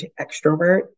extrovert